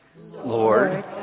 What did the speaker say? Lord